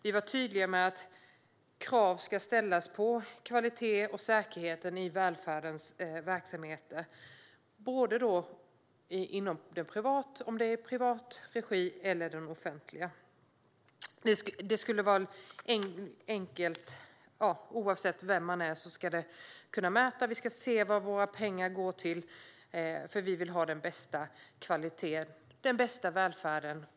Vi var tydliga med att det ska ställas krav på kvalitet och säkerhet i välfärdens verksamheter. Det gäller både i privat och i offentlig regi. Oavsett om man är privat eller offentlig utförare ska det kunna visas vad våra pengar går till, eftersom vi vill ha den bästa kvaliteten och den bästa välfärden.